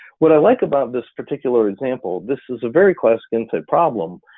what i like about this particular example, this is a very classic insight problem,